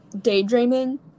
daydreaming